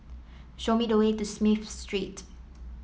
show me the way to Smith Street